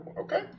okay